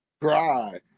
Cry